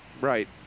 Right